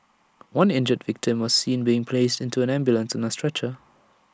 one injured victim was seen being placed into an ambulance on A stretcher